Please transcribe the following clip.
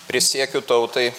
prisiekiu tautai